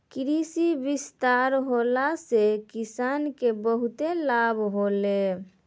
कृषि विस्तार होला से किसान के बहुते लाभ होलै